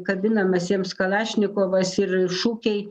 kabinamas jiems kalašnikovas ir šūkiai